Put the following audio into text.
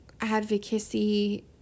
advocacy